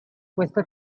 questo